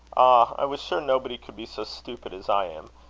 i was sure nobody could be so stupid as i am.